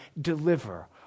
deliver